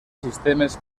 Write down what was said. sistemes